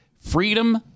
Freedom